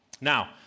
Now